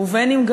ואם,